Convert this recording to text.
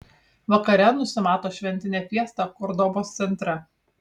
vakare nusimato šventinė fiesta kordobos centre